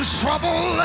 trouble